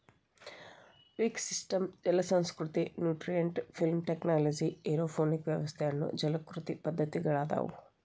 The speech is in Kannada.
ವಿಕ್ ಸಿಸ್ಟಮ್ ಜಲಸಂಸ್ಕೃತಿ, ನ್ಯೂಟ್ರಿಯೆಂಟ್ ಫಿಲ್ಮ್ ಟೆಕ್ನಾಲಜಿ, ಏರೋಪೋನಿಕ್ ವ್ಯವಸ್ಥೆ ಅನ್ನೋ ಜಲಕೃಷಿ ಪದ್ದತಿಗಳದಾವು